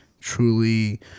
truly